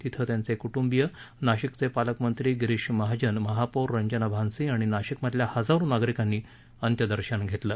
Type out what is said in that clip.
तिथं त्यांचे कुटुंबीय नाशिकचे पालकमंत्री गिरीश महाजन महापोर रंजना भानसी आणि नाशिकमधल्या हजारो नागरिकांनी अंत्यदर्शन घेतलं